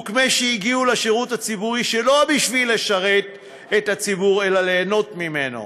כמי שהגיעו לשירות הציבורי שלא בשביל לשרת את הציבור אלא ליהנות ממנו.